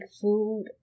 food